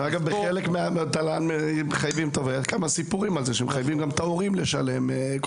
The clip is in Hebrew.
אגב, בחלק מהתל"ן מחייבים גם את ההורים לשלם.